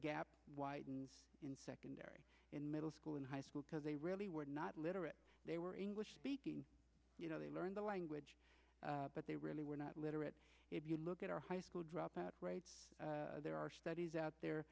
gap widens in secondary in middle school and high school because they really were not literate they were english speaking you know they learned the language but they really were not literate if you look at our high school dropout rates there are studies out there